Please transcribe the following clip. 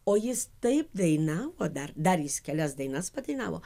o jis taip dainavo dar dar jis kelias dainas padainavo